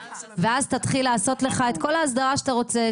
ואז תתחיל לעשות את כל ההסדרה שאתה רוצה,